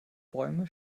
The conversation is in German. bäume